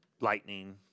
lightning